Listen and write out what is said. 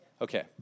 Okay